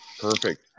Perfect